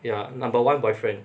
ya number one boyfriend